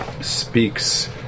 speaks